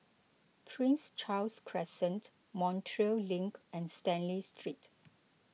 Prince Charles Crescent Montreal Link and Stanley Street